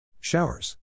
Showers